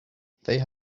they